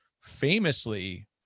famously